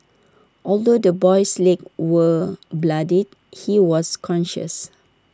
although the boy's legs were bloodied he was conscious